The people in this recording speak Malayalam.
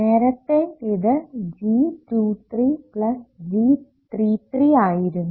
നേരത്തെ ഇത് G23 പ്ലസ് G33 ആയിരുന്നു